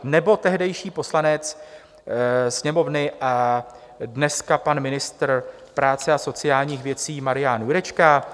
Nebo tehdejší poslanec Sněmovny, dneska pan ministr práce a sociálních věcí Marian Jurečka.